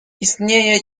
istnieje